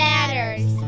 Matters